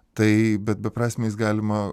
tai bet beprasmiais galima